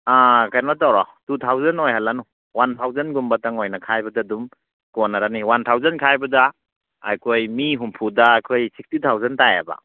ꯀꯩꯅꯣ ꯇꯧꯔꯣ two thousand ꯑꯣꯏꯍꯜꯂꯅꯨ ꯋꯥꯟ ꯊꯥꯎꯖꯟꯒꯨꯝꯕꯇꯪ ꯑꯣꯏꯅ ꯈꯥꯏꯕꯗ ꯑꯗꯨꯝ ꯀꯣꯟꯅꯔꯅꯤ ꯋꯥꯟ ꯊꯥꯎꯖꯟ ꯈꯥꯏꯕꯗ ꯑꯩꯈꯣꯏ ꯃꯤ ꯍꯨꯝꯐꯨꯗ ꯑꯩꯈꯣꯏ ꯁꯤꯛꯁꯇꯤ ꯊꯥꯎꯖꯟ ꯇꯥꯏꯌꯦꯕ